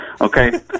okay